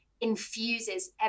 infuses